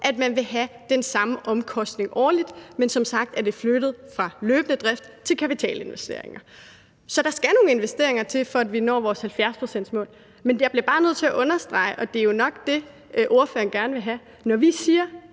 at det vil give de samme omkostninger årligt. Men som sagt er det flyttet fra løbende drift til kapitalinvesteringer. Så der skal nogle investeringer til, for at vi når vores 70-procentsmål, men jeg bliver bare nødt til at understrege – og det er jo nok det, ordføreren gerne vil have – at når vi siger,